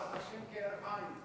ישועת השם כהרף עין.